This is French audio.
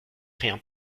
rien